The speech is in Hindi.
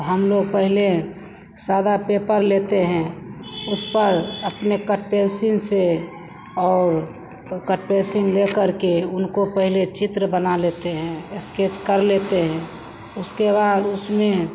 तो हमलोग पेहले सादा पेपर लेते हैं उसपर अपने कटपेलसीन से और कटपेलसीन ले करके उनको पहले चित्र बना लेते हैं इसकेच कर लेते हैं उसके बाद उसमें